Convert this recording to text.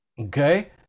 Okay